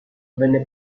venne